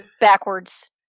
backwards